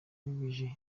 bije